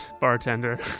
bartender